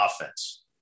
offense